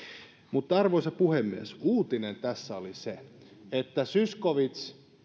mutta arvoisa puhemies uutinen tässä oli se että zyskowicz